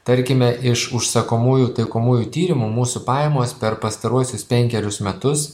tarkime iš užsakomųjų taikomųjų tyrimų mūsų pajamos per pastaruosius penkerius metus